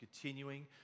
continuing